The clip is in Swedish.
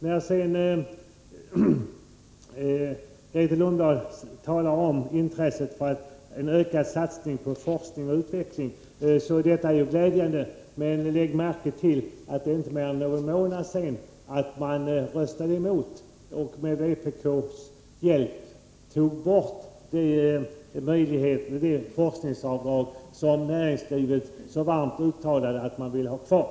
När Grethe Lundblad sedan talar om intresset för ökad satsning på forskning och utveckling, är detta glädjande. Men lägg märke till att det är inte mer än någon månad sedan socialdemokraterna röstade emot och med vpk:s hjälp tog bort det forskningsavdrag som näringslivet så varmt uttalat att man ville ha kvar.